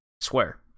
swear